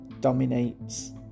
dominates